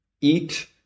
eat